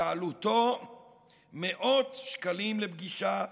שעלותו מאות שקלים לפגישה,